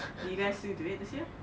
you guys still do it this year